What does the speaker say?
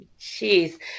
Jeez